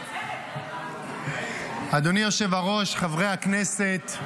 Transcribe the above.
אדוני היושב-ראש, חברי הכנסת,